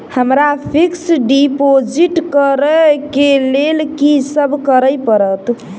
हमरा fix deposit करऽ केँ लेल की सब करऽ पड़त?